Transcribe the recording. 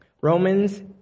Romans